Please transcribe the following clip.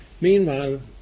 Meanwhile